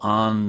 on